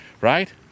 right